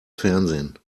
fernsehen